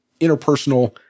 interpersonal